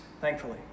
thankfully